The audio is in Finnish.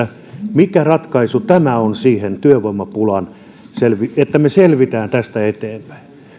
mikä ratkaisu tämä on siihen työvoimapulaan siihen että me selviämme tästä eteenpäin